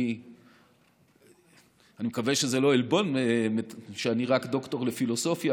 אני מקווה שזה לא עלבון שאני רק דוקטור לפילוסופיה.